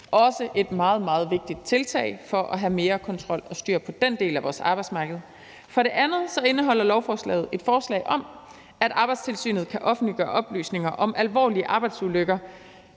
også et meget, meget vigtigt tiltag for at få mere kontrol med og styr på den del af vores arbejdsmarked. For det andet indeholder lovforslaget et forslag om, at Arbejdstilsynet kan offentliggøre oplysninger om alvorlige arbejdsulykker,